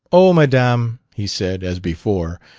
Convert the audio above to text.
oh, madame! he said, as before,